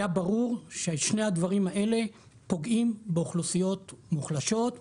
היה ברור ששני הדברים האלה פוגעים באוכלוסיות מוחלשות,